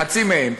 חצי מהם,